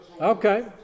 okay